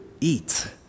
eat